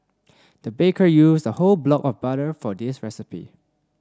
the baker used a whole block of butter for this recipe